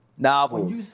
Novels